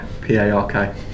P-A-R-K